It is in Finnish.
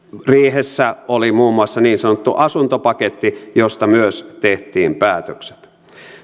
riihessä oli muun muassa niin sanottu asuntopaketti josta myös tehtiin päätökset